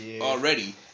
already